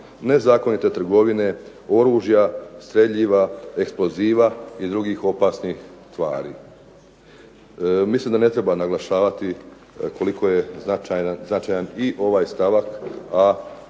nezakonite trgovine oružja, streljiva, eksploziva i drugih opasnih tvari. Mislim da ne treba naglašavati koliko je značajan i ovaj stavak, a